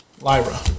Lyra